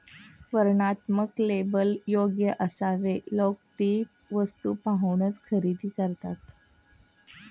वर्णनात्मक लेबल योग्य असावे लोक ती वस्तू पाहूनच खरेदी करतात